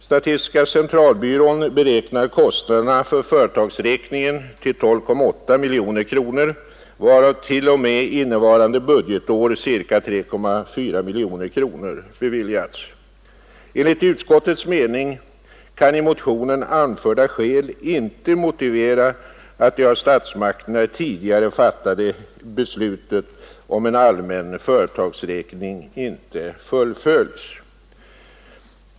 Statistiska centralbyrån beräknar kostnaderna för företagsräkningen till 12,8 miljoner kronor, varav t.o.m. innevarande budgetår ca 3,4 miljoner kronor beviljats. Enligt utskottets mening kan i motionen anförda skäl inte motivera att det av statsmakterna tidigare fattade beslutet om en allmän företagsräkning inte fullföljs.